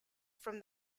from